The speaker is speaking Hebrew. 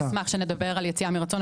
אני מאוד אשמח שנדבר על יציאה מרצון,